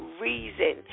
reason